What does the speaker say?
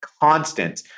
constant